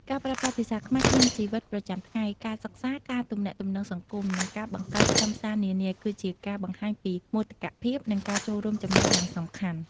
ការប្រើប្រាស់ភាសាខ្មែរក្នុងជីវិតប្រចាំថ្ងៃ ការសិក្សា ការទំនាក់ទំនងសង្គម និងការបង្កើតខ្លឹមសារនានា គឺជាការបង្ហាញពី មោទកភាព និងការចូលរួមចំណែកយ៉ាងសំខាន់។